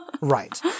right